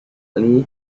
lee